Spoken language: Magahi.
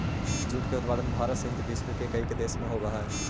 जूट के उत्पादन भारत सहित विश्व के कईक देश में होवऽ हइ